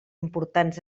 importants